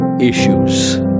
issues